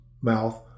mouth